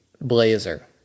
blazer